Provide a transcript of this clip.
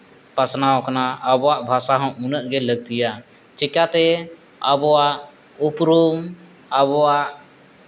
ᱯᱟᱥᱱᱟᱣ ᱠᱟᱱᱟ ᱟᱵᱚᱣᱟᱜ ᱵᱷᱟᱥᱟ ᱦᱚᱸ ᱩᱱᱟᱹᱜ ᱜᱮ ᱞᱟᱹᱠᱛᱤᱭᱟ ᱪᱤᱠᱟᱹᱛᱮ ᱟᱵᱚᱣᱟᱜ ᱩᱯᱨᱩᱢ ᱟᱵᱚᱣᱟᱜ